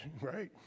right